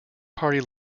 party